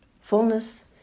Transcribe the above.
fullness